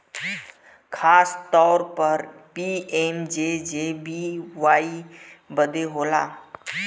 खासतौर पर पी.एम.जे.जे.बी.वाई बदे होला